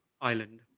island